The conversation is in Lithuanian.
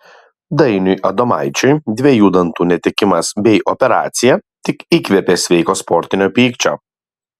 dainiui adomaičiui dviejų dantų netekimas bei operacija tik įkvėpė sveiko sportinio pykčio